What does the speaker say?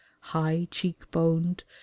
High-cheek-boned